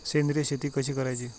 सेंद्रिय शेती कशी करायची?